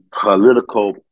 political